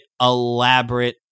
elaborate